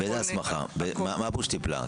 מה פירוש טיפלה?